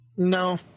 No